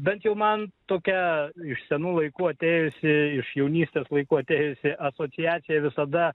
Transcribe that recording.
bent jau man tokia iš senų laikų atėjusi iš jaunystės laikų atėjusi asociacija visada